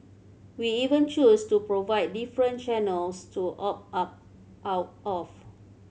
we even choose to provide different channels to opt up out of